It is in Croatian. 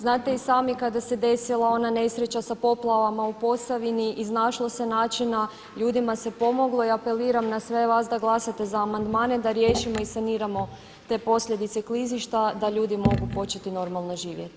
Znate i sami kada se desila ona nesreća sa poplavama u Posavini iznašlo se načina, ljudima se pomoglo i apeliram na sve vas da glasate za amandmane, da riješimo i saniramo te posljedice klizišta da ljudi mogu početi normalno živjeti.